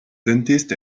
dentist